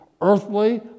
earthly